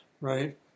Right